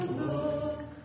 look